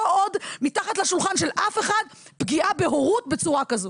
לא עוד מתחת לשולחן של אף אחד פגיעה בהורות בצורה כזו.